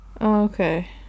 okay